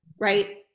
right